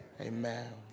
Amen